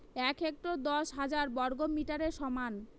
এক হেক্টর দশ হাজার বর্গমিটারের সমান